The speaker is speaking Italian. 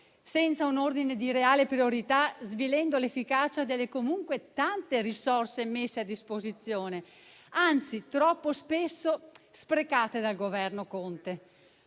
senza un ordine di reale priorità, svilendo l'efficacia delle tante risorse comunque messe a disposizione, troppo spesso sprecate dal Governo Conte.